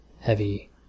heavy